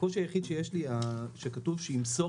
הקושי היחיד שיש לי הוא שכתוב שימסור